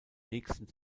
nächsten